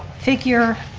figure.